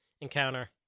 encounter